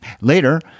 Later